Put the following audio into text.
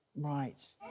Right